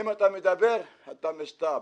אם אתה מדבר אתה משת"פ.